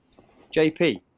JP